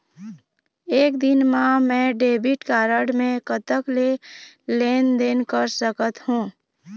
एक दिन मा मैं डेबिट कारड मे कतक के लेन देन कर सकत हो?